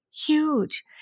huge